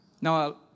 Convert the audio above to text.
Now